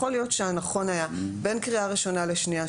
יכול להיות שנכון היה בין קריאה ראשונה לשנייה,